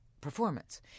performance